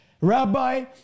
rabbi